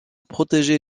protéger